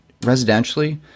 residentially